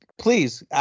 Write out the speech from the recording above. please